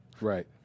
Right